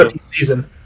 season